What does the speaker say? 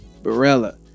Barella